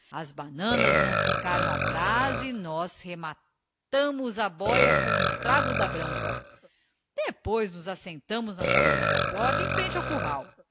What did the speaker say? as bananas não ficaram atraz e nós rematámos a bóia com um trago da branca depois nos assentámos na soleira da porta em frente ao curral